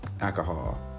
alcohol